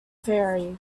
ferry